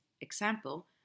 example